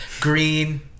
green